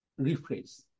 rephrase